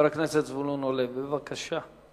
חבר הכנסת זבולון אורלב, בבקשה.